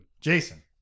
Jason